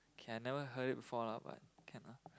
can I never heard it before lah but can lah